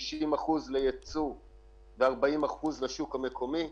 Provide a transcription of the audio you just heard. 60% לייצוא ו-40% לשוק המקומי.